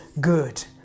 good